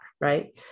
right